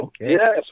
Yes